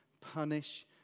punish